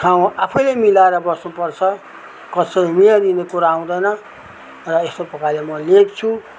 ठाउँ आफैले मिलार बस्नुपर्छ कसैले मिलाइदिने कुरो आउँदैन र यस्तो प्रकारले म लेख्छु